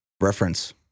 reference